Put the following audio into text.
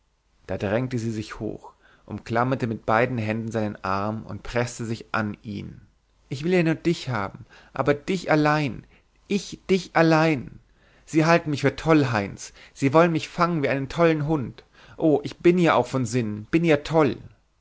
da drängte sie sich hoch umklammerte mit beiden händen seinen arm und preßte sich an ihn ich will ja nur dich haben aber dich allein ich dich allein sie halten mich für toll heinz sie wollen mich fangen wie einen tollen hund o ich bin auch von sinnen bin ja toll